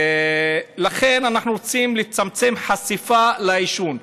לכן אנחנו רוצים לצמצם חשיפה לעישון,